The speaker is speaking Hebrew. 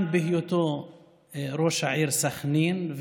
גם בהיותו ראש העיר סח'נין,